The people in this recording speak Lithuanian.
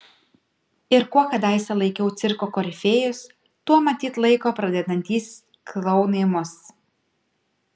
ir kuo kadaise laikiau cirko korifėjus tuo matyt laiko pradedantys klounai mus